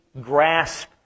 grasp